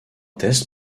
test